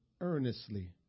earnestly